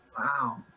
Wow